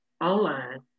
online